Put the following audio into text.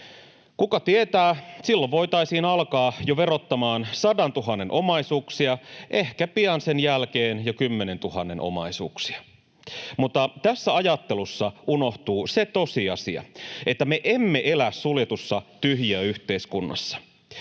Kuka tietää, silloin voitaisiin alkaa verottamaan jo 100 000:n omaisuuksia, ehkä pian sen jälkeen jo 10 000:n omaisuuksia. Mutta tässä ajattelussa unohtuu se tosiasia, että me emme elä suljetussa tyhjiöyhteiskunnassa.